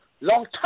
Long